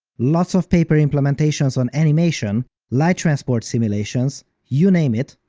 lots of paper implementations on animation, light transport simulations, you name it,